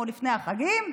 כמו לפני החגים,